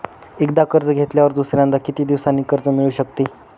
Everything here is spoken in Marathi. एकदा कर्ज घेतल्यावर दुसऱ्यांदा किती दिवसांनी कर्ज मिळू शकते?